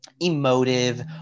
emotive